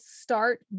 start